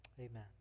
Amen